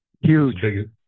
huge